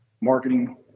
marketing